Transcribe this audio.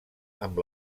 amb